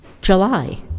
July